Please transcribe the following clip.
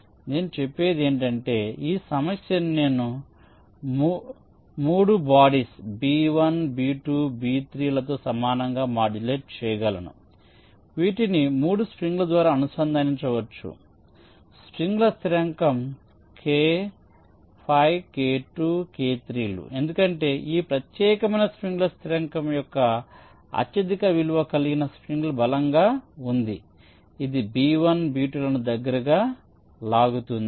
కాబట్టి నేను చెప్పేది ఏమిటంటే ఈ సమస్య నేను మూడు బాడీస్ B1 B2 మరియు B3 లతో సమానంగా మాడ్యులేట్ చేయగలను వీటిని మూడు స్ప్రింగ్ల ద్వారా అనుసంధానించవచ్చు దీని స్ప్రింగ్ల స్థిరాంకాలు k 5 k 2 మరియు k 3 లు ఎందుకంటే ఈ ప్రత్యేకమైన స్ప్రింగ్ల స్థిరాంకం యొక్క అత్యధిక విలువ కలిగిన స్ప్రింగ్ బలంగా ఉంది ఇది B1 B2 లను దగ్గరగా లాగుతుంది